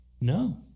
No